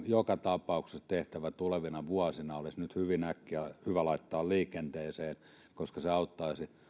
joka tapauksessa tehtävä tulevina vuosina olisi nyt hyvin äkkiä hyvä laittaa liikenteeseen koska se auttaisi